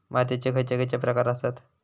मातीयेचे खैचे खैचे प्रकार आसत?